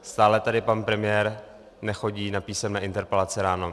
Stále tady pan premiér nechodí na písemné interpelace ráno.